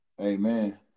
Amen